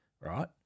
Right